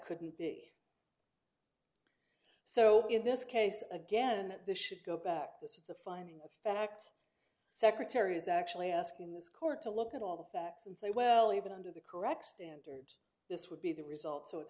couldn't be so in this case again this should go back this is a finding of fact secretary is actually asking this court to look at all the facts and say well even under the correct standard this would be the result so it's